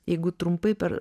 jeigu trumpai per